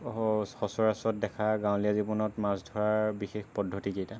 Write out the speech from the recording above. সচৰাচত দেখা গাঁৱলীয়া জীৱনত মাছ ধৰাৰ বিশেষ পদ্ধতিকেইটা